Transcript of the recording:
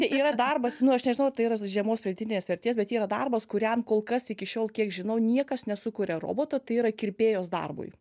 yra darbas nu aš nežinau tai yra žemos pridėtinės vertės bet yra darbas kuriam kol kas iki šiol kiek žinau niekas nesukuria roboto tai yra kirpėjos darbui